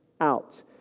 out